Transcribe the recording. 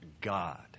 God